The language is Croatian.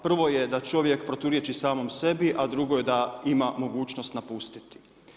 Prvo je da čovjek proturječi samom sebi, a drugo je da ima mogućnost napustiti.